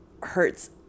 hurts